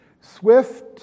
swift